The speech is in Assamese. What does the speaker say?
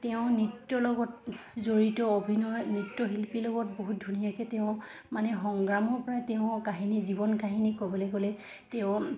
তেওঁ নৃত্যৰ লগত জড়িত অভিনয় নৃত্যশিল্পীৰ লগত বহুত ধুনীয়াকৈ তেওঁ মানে সংগ্ৰামৰ পৰাই তেওঁ কাহিনী জীৱন কাহিনী ক'বলৈ গ'লে তেওঁ